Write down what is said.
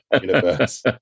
universe